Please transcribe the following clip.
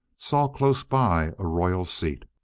saw close by a royal seat.